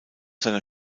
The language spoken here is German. seiner